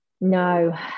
No